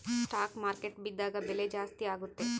stock market ಬಿದ್ದಾಗ ಬೆಲೆ ಜಾಸ್ತಿ ಆಗುತ್ತೆ